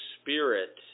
spirit